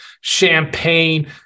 champagne